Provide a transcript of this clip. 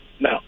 No